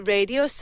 Radio